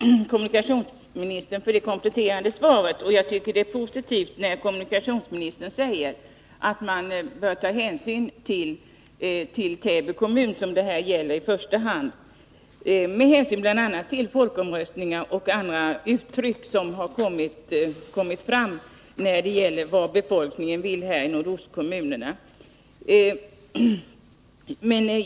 Herr talman! Jag ber att få tacka kommunikationsministern för det kompletterande svaret. Jag tycker att det är positivt när kommunikationsministern säger att man bör ta hänsyn till Täby kommun, som det här i första hand gäller, bl.a. på grund av folkomröstningen och andra opinionsuttryck som kommit från befolkningen i nordostkommunerna.